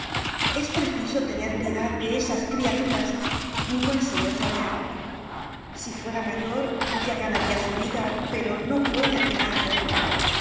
es preciso tener piedad de esas criaturas mi buen señor javert si fuera mayor ya ganaria su vida pero no puede aquel ángel